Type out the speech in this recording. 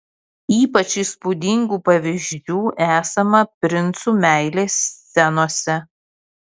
ypač įspūdingų pavyzdžių esama princų meilės scenose